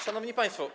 Szanowni Państwo!